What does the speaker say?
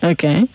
Okay